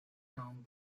holme